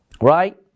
right